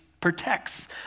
protects